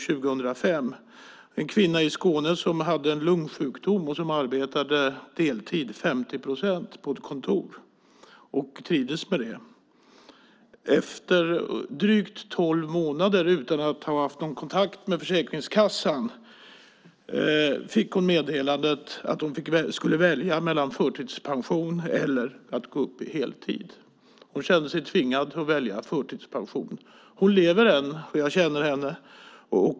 Det handlar om en kvinna i Skåne som hade en lungsjukdom och arbetade deltid, 50 procent, på ett kontor och trivdes med det. Efter drygt tolv månader utan kontakt med Försäkringskassan fick hon meddelandet att hon skulle välja mellan förtidspension och att gå upp till heltid. Hon kände sig tvingad att välja förtidspension. Hon är fortfarande bitter över detta.